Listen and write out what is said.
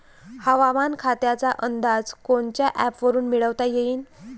हवामान खात्याचा अंदाज कोनच्या ॲपवरुन मिळवता येईन?